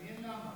מעניין למה.